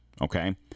okay